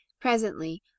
presently